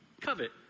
covet